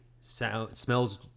smells